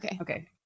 Okay